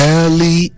Early